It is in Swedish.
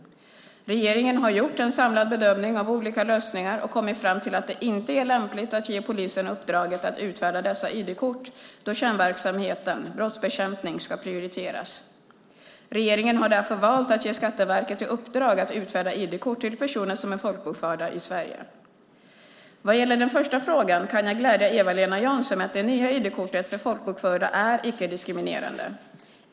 Regeringen har gjort en samlad bedömning av olika lösningar och kommit fram till att det inte är lämpligt att ge polisen uppdraget att utfärda dessa ID-kort då kärnverksamheten, brottsbekämpning, ska prioriteras. Regeringen har därför valt att ge Skatteverket i uppdrag att utfärda ID-kort till personer som är folkbokförda i Sverige. Vad gäller den första frågan kan jag glädja Eva-Lena Jansson med att det nya ID-kortet för folkbokförda är icke-diskriminerande.